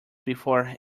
before